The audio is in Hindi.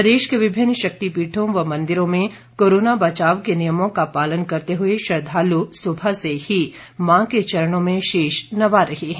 प्रदेश के विभिन्न शक्तिपीठों व मंदिरों में कोरोना बचाव के नियमों का पालन करते हुए श्रद्वालु सुबह से ही मां के चरणों में शीश नवा रहे हैं